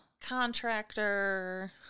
contractor